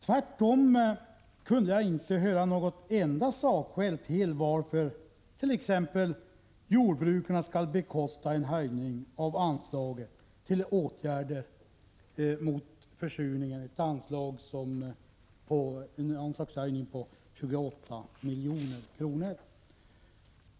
Nej, hon kunde inte anföra något enda sakskäl för t.ex. att jordbruket skall bekosta en höjning av anslaget till åtgärder mot försurningen, en anslagshöjning på 28 milj.kr.